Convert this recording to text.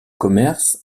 commerce